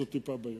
זו טיפה בים.